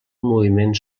moviment